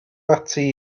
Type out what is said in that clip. ati